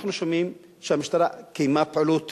אנחנו שומעים שהמשטרה קיימה פעילות,